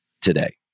today